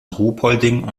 ruhpolding